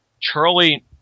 Charlie